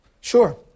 Sure